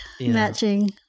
Matching